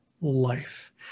life